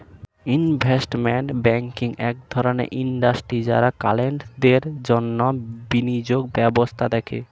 investment banking এক ধরণের industry যারা ক্লায়েন্টদের জন্যে বিনিয়োগ ব্যবস্থা দেখে